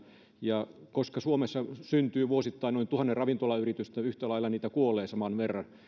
ja koska suomessa syntyy vuosittain noin tuhat ravintolayritystä ja yhtä lailla niitä kuolee saman verran